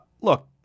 Look